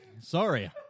Sorry